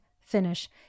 finish